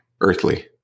earthly